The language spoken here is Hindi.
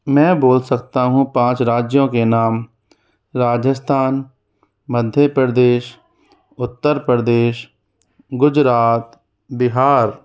मैं बोल सकता हूँ पाँच राज्यों के नाम राजस्थान मध्य प्रदेश उत्तर प्रदेश गुजरात बिहार